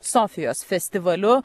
sofijos festivaliu